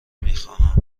میخواهم